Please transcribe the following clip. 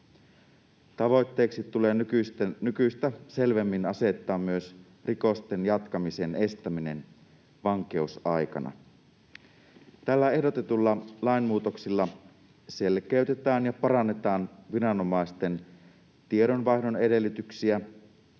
Tavoitteeksi tulee nykyistä selvemmin asettaa myös rikosten jatkamisen estäminen vankeusaikana. Näillä ehdotetuilla lainmuutoksilla selkeytetään ja parannetaan viranomaisten tiedonvaihdon edellytyksiä,